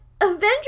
Avengers